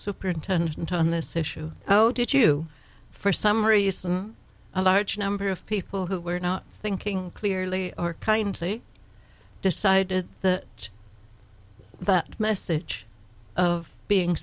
superintendent on this issue oh did you for some reason a large number of people who were not thinking clearly or kindly decided the that message of being